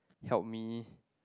help me